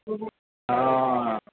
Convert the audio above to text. હંઅઅ